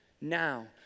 now